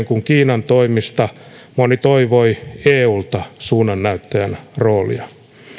kuin kiinan toimista moni toivoi eulta suunnannäyttäjän roolia